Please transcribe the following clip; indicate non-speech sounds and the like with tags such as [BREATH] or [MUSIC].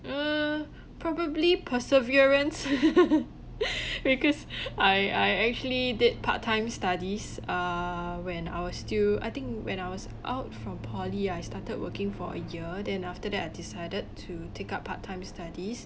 uh probably perseverance [LAUGHS] [BREATH] because [BREATH] I I actually did part time studies uh when I was still I think when I was out from poly I started working for a year then after that I decided to take up part time studies